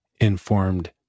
informed